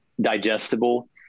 digestible